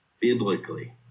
biblically